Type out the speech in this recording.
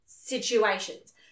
Situations